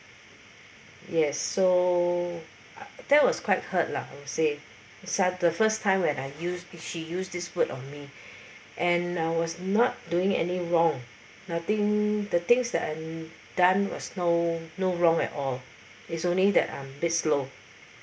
yes so that was quite hurt lah I would say start the first time when I used she used this word on me and uh I was not doing any wrong nothing the things that I've done was no no wrong at all it's only that I'm a bit slow